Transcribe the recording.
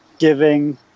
giving